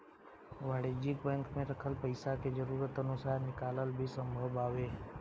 वाणिज्यिक बैंक में रखल पइसा के जरूरत अनुसार निकालल भी संभव बावे